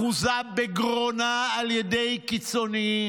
אחוזה בגרונה על ידי קיצוניים